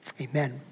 Amen